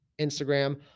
Instagram